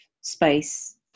space